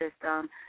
system